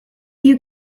you